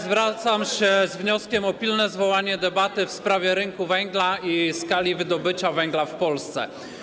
Zwracam się z wnioskiem o pilne zwołanie debaty w sprawie rynku węgla i skali wydobycia węgla w Polsce.